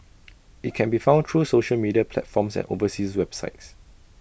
IT can be found through social media platforms and overseas websites